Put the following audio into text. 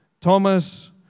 Thomas